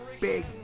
big